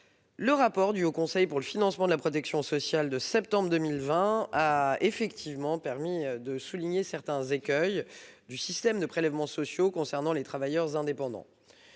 le rapport du Haut Conseil du financement de la protection sociale de septembre 2020 a permis de souligner certains travers du système de prélèvements sociaux concernant les travailleurs indépendants.